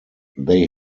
they